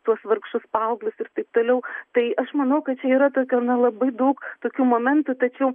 tuos vargšus paauglius ir taip toliau tai aš manau kad čia yra tokio na labai daug tokių momentų tačiau